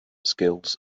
skills